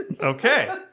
Okay